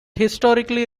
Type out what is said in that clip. historically